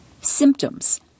Symptoms